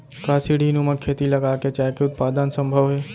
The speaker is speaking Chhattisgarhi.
का सीढ़ीनुमा खेती लगा के चाय के उत्पादन सम्भव हे?